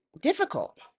difficult